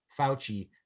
Fauci